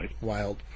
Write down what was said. wild